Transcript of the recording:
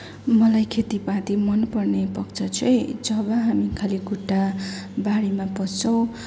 मलाई खेतीपाती मनपर्ने पक्ष चाहिँ जब हामी खाली खुट्टा बारीमा पस्छौँ